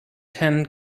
tan